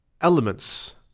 elements